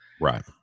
right